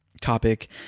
topic